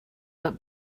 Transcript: but